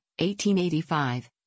1885